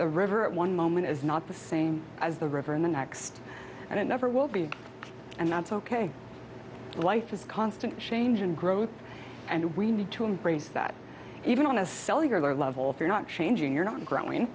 a river at one moment is not the same as the river in the next and it never will be and that's ok life is constant change and growth and we need to embrace that even on a cellular level if you're not changing you're not growing